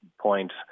point